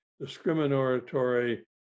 discriminatory